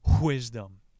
Wisdom